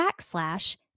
backslash